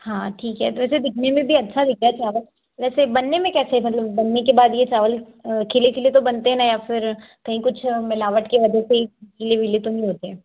हाँ ठीक है तो ऐसे दिखने में भी अच्छा दिखता है चावल वैसे बनने में कैसे है मतलब बनने के बाद ये चावल खिले खिले तो बनते हैं या फिर कहीं कुछ मिलावट की वजह से ही गीले विले तो नहीं होते